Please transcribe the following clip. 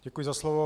Děkuji za slovo.